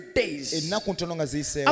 days